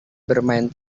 bermain